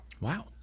Wow